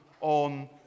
on